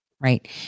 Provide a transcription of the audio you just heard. right